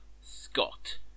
Scott